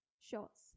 shots